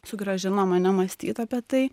sugrąžino mane mąstyt apie tai